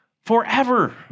forever